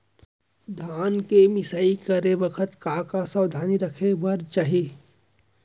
धान के मिसाई करे के बखत का का सावधानी रखें बर चाही?